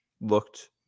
looked